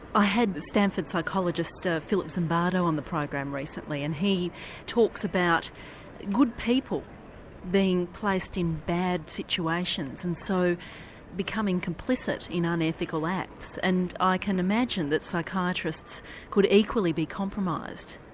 i had the stanford psychologist ah philip zimbardo on the program recently and he talks about good people being placed in bad situations and so becoming complicit in unethical acts. and i can imagine that psychiatrists could equally be compromised.